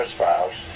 files